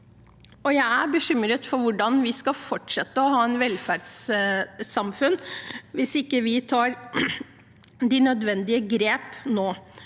Jeg er bekymret for hvordan vi skal fortsette å ha et velferdssamfunn hvis vi ikke tar de nødvendige grepene